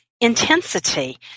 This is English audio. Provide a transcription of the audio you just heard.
intensity